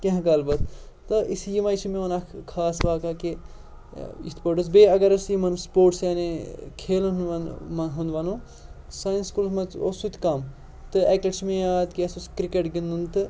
کینٛہہ کال بعد تہٕ اِس یِمَے چھِ میون اَکھ خاص واقعہ کہِ یِتھ پٲٹھۍ اوس بیٚیہِ اگر أسۍ سپوٹٕس یعنے کھیلَن ہُنٛد وَنو سٲنِس سکوٗلَس منٛز اوس سُہ تہِ کَم تہٕ اَکہِ لَٹہِ چھِ مےٚ یاد کہِ اَسہِ اوس کِرٛکٮ۪ٹ گِنٛدُن تہٕ